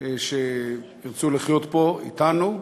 שירצו לחיות פה, אתנו,